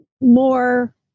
more